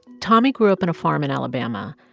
tommy grew up in a farm in alabama.